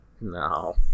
no